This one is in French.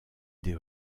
des